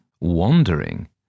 Wandering